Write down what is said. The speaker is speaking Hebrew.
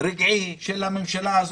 רגעי של הממשלה הזאת,